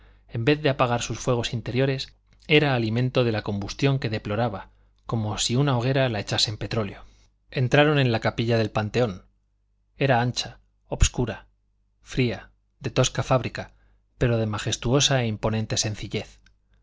en vez de apagar sus fuegos interiores era alimento de la combustión que deploraba como si a una hoguera la echasen petróleo entraron en la capilla del panteón era ancha obscura fría de tosca fábrica pero de majestuosa e imponente sencillez